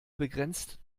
begrenzt